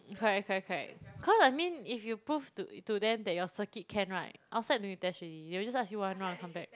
correct correct correct cause I mean if you prove to to them that your circuit can right outside don't need test already they will just ask you to one round come back